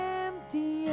empty